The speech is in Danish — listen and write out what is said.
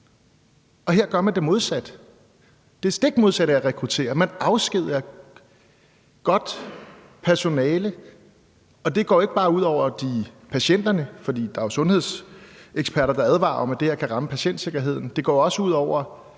Og her gør man det stik modsatte af at rekruttere. Man afskediger godt personale, og det går ikke bare ud over patienterne, for der er jo sundhedseksperter, der advarer om, at det her kan ramme patientsikkerheden. Det går også ud over